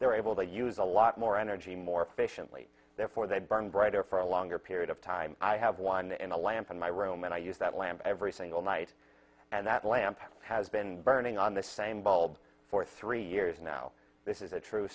they're able to use a lot more energy more efficiently therefore they burn brighter for a longer period of time i have one in a lamp in my room and i use that lamp every single night and that lamp has been burning on the same bulb for three years now this is a true